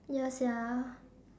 ya sia